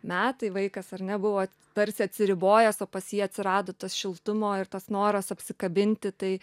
metai vaikas ar ne buvo tarsi atsiribojęs o pas jį atsirado tas šiltumo ir tas noras apsikabinti tai